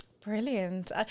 brilliant